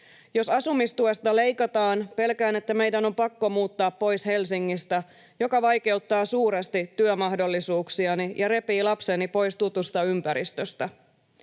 Jos asumistuesta leikataan, pelkään, että meidän on pakko muuttaa pois Helsingistä, mikä vaikeuttaa suuresti työmahdollisuuksiani ja repii lapseni pois tutusta ympäristöstä.